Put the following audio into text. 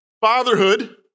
Fatherhood